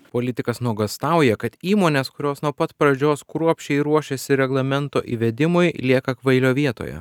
politikas nuogąstauja kad įmonės kurios nuo pat pradžios kruopščiai ruošėsi reglamento įvedimui lieka kvailio vietoje